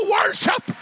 worship